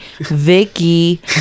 Vicky